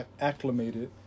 acclimated